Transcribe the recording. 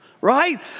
right